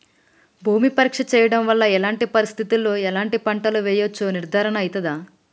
భూమి పరీక్ష చేయించడం వల్ల ఎలాంటి పరిస్థితిలో ఎలాంటి పంటలు వేయచ్చో నిర్ధారణ అయితదా?